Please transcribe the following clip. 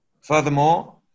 Furthermore